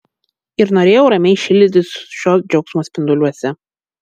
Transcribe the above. ir norėjau ramiai šildytis šio džiaugsmo spinduliuose